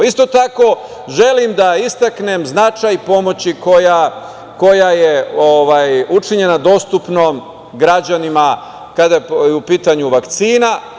Isto tako želim da istaknem značaj pomoći koja je učinjena dostupnom građanima kada je u pitanju vakcina.